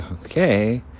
Okay